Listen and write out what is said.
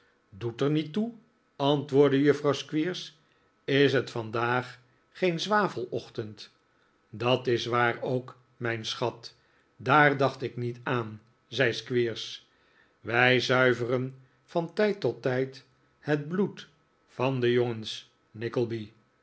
doet er niet toe antwoordde juffrouw squeers is het vandaag geen zwavelochtend dat is waar ook mijnschat daar dacht ik niet aan zei squeers wij zuiveren van tijd tot tijd het bloed van de jongens